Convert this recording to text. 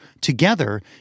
together